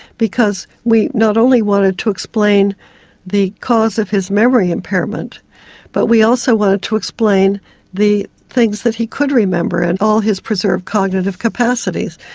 because we not only wanted to explain the cause of his memory impairment but we also wanted to explain the things that he could remember and all his preserved cognitive capacities.